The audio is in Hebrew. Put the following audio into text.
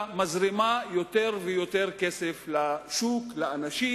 מזרימה יותר ויותר כסף לשוק ולאנשים,